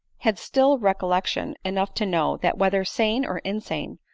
had still recollection enough to know, that whether sane or insane,